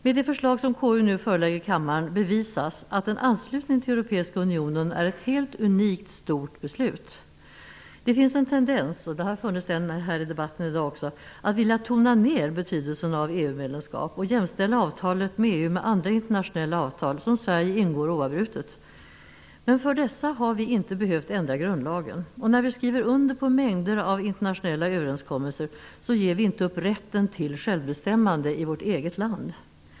Med det förslag som KU nu förelägger kammaren bevisas att en anslutning till Europeiska unionen är ett helt unikt stort beslut. Det har funnits en tendens i debatten i dag att vilja tona ned betydelsen av ett EU-medlemskap och jämställa avtalet med EU med andra internationella avtal som Sverige ingår oavbrutet. Men för dessa avtal har vi inte behövt ändra grundlagen. När vi skriver under mängder av internationella överenskommelser, så ger vi inte upp rätten till självbestämmande i vårt eget land.